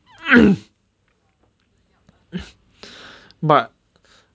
but